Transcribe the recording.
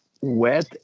Wet